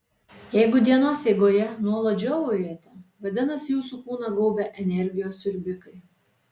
jeigu dienos eigoje nuolat žiovaujate vadinasi jūsų kūną gaubia energijos siurbikai